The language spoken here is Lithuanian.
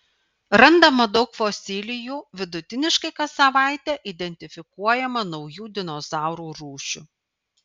randama daug fosilijų vidutiniškai kas savaitę identifikuojama naujų dinozaurų rūšių